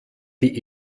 die